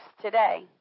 today